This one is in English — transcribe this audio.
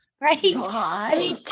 Right